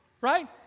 Right